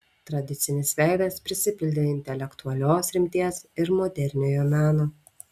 tradicinis veidas prisipildė intelektualios rimties ir moderniojo meno